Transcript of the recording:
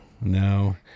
no